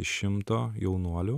iš šimto jaunuolių